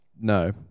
no